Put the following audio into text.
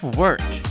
work